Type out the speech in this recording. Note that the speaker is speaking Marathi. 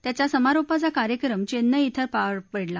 त्याचा समारोपाचा कार्यक्रम चेन्नई क्वे पार पडला